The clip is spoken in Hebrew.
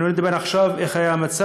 אנחנו לא נדבר עכשיו איך היה המצב,